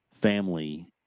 family